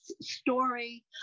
story